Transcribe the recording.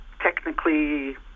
technically